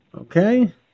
Okay